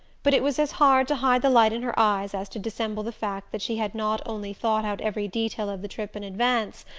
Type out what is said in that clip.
but it was as hard to hide the light in her eyes as to dissemble the fact that she had not only thought out every detail of the trip in advance,